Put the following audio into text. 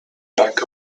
back